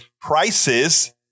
prices